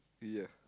ya